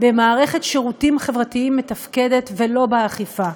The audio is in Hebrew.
במערכת שירותים חברתיים מתפקדת, ולא באכיפה.